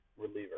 reliever